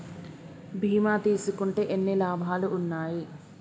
బీమా తీసుకుంటే ఎన్ని లాభాలు ఉన్నాయి?